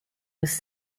was